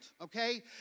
okay